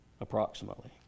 approximately